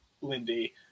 Lindy